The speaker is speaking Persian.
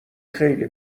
خیلی